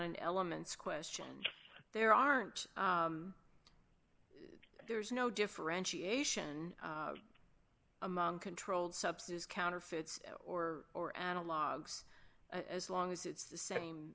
and elements questions there aren't there's no differentiation among controlled substances counterfeits or or analog as long as it's the same